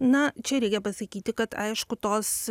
na čia reikia pasakyti kad aišku tos